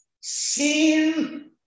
sin